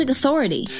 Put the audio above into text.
authority